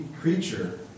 creature